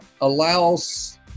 allows